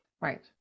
Right